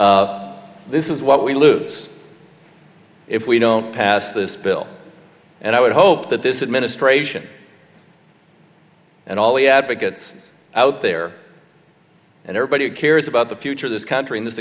difference this is what we lose if we don't pass this bill and i would hope that this is ministration and all the advocates out there and everybody who cares about the future of this country in this